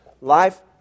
Life